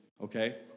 okay